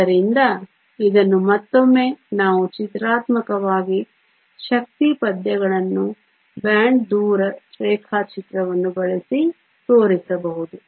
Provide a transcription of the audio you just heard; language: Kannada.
ಆದ್ದರಿಂದ ಇದನ್ನು ಮತ್ತೊಮ್ಮೆ ನಾವು ಚಿತ್ರಾತ್ಮಕವಾಗಿ ಶಕ್ತಿ ಪದ್ಯಗಳನ್ನು ಬಾಂಡ್ ದೂರ ರೇಖಾಚಿತ್ರವನ್ನು ಬಳಸಿ ತೋರಿಸಬಹುದು